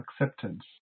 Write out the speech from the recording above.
acceptance